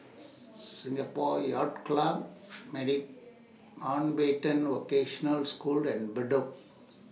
Singapore Yacht Club Mountbatten Vocational School and Bedok